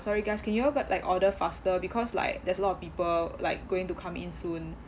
sorry guys can you all got like order faster because like there's a lot of people like going to come in soon